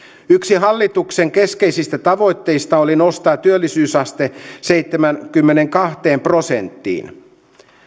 yksi hallituksen keskeisistä tavoitteista oli nostaa työllisyysaste seitsemäänkymmeneenkahteen prosenttiin